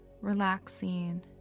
relaxing